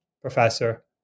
professor